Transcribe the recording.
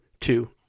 two